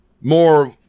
more